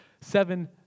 Seven